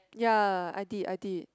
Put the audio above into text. ya I did I did